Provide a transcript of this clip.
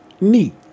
neat